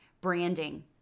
branding